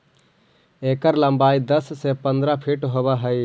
एकर लंबाई दस से पंद्रह फीट होब हई